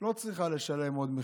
לא צריכה לשלם עוד מחיר.